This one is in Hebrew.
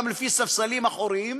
גם לפי ספסלים אחוריים